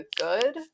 good